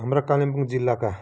हाम्रो कालिम्पोङ जिल्लाका